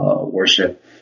worship